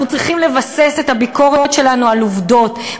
אנחנו צריכים לבסס את הביקורת שלנו על עובדות,